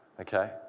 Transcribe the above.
okay